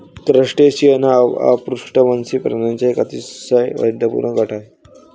crustacean हा अपृष्ठवंशी प्राण्यांचा एक अतिशय वैविध्यपूर्ण गट आहे